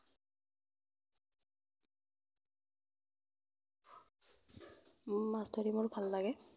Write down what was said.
মাছ ধৰি বৰ ভাল লাগে